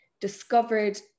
discovered